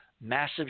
massive